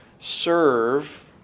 serve